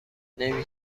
نمی